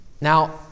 Now